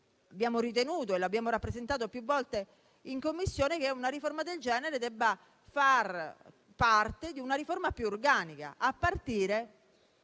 abbiamo ritenuto - e lo abbiamo rappresentato più volte in Commissione - che una riforma del genere debba far parte di una più organica, a partire